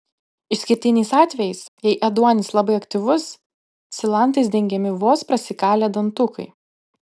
išskirtiniais atvejais jei ėduonis labai aktyvus silantais dengiami vos prasikalę dantukai